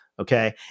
Okay